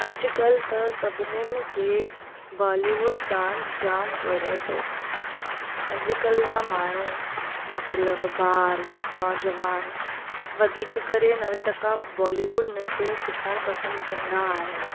अॼुकल्ह त सभिनीनि खे बॉलीवुड डांस जामु वणे थो अॼुकल्ह जा माण्हू मतिलबु ॿार नौजवान वधीक करे नवें टका बॉलीवुड नृत्य सिखणु पसंदि कंदा आहिनि